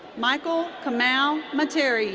michael kemau matere. yeah